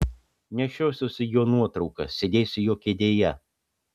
nešiosiuosi jo nuotrauką sėdėsiu jo kėdėje